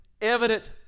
evident